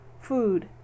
food